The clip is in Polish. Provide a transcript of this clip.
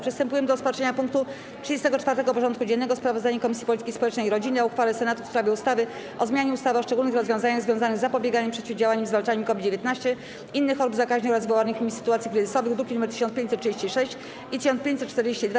Przystępujemy do rozpatrzenia punktu 34. porządku dziennego: Sprawozdanie Komisji Polityki Społecznej i Rodziny o uchwale Senatu w sprawie ustawy o zmianie ustawy o szczególnych rozwiązaniach związanych z zapobieganiem, przeciwdziałaniem i zwalczaniem COVID-19, innych chorób zakaźnych oraz wywołanych nimi sytuacji kryzysowych (druki nr 1536 i 1542)